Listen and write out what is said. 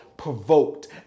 Provoked